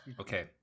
Okay